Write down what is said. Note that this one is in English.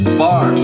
bar